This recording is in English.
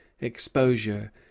exposure